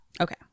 Okay